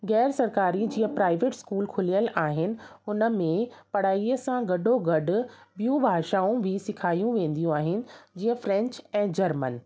गैर सरकारी जीअं प्राईवेट स्कूल खुलियल आहिनि उनमें पढ़ाईअ सां गॾो गॾ ॿियूं भाषाऊं बि सेखारियूं वेंदियूं आहिनि जीअं फ्रेंच ऐं जर्मन